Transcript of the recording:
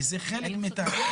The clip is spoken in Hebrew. כי זה חלק מתהליך.